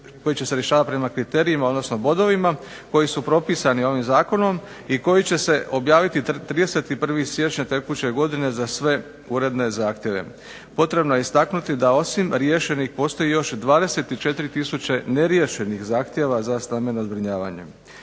koji će se rješavati prema kriterijima, odnosno bodovima, koji su propisani ovim zakonom, i koji će se objaviti 31. siječnja tekuće godine za sve uredne zahtjeve. Potrebno je istaknuti da osim riješenih postoje još 24 tisuće neriješenih zahtjeva za stambeno zbrinjavanje.